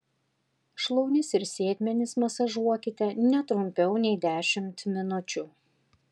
šlaunis ir sėdmenis masažuokite ne trumpiau nei dešimt minučių